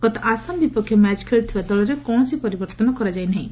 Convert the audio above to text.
ଗତ ଆସାମ ବିପକ୍ଷ ମ୍ୟାଚ୍ ଖେଳିଥିବା ଦଳରେ କୌଣସି ପରିବର୍ଭନ କରାଯାଇ ନାହିଁ